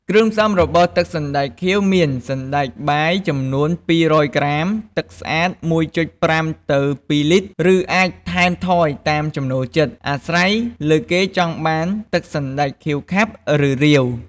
គ្រឿងផ្សំរបស់ទឹកសណ្តែកខៀវមាន សណ្ដែកបាយចំនួន២០០ក្រាម ទឹកស្អាត ១.៥ ទៅ ២ លីត្រ ឬអាចថែមថយតាមចំណូលចិត្ត អាស្រ័យលើគេចង់បានទឹកសណ្ដែកខៀវខាប់ ឬរាវ។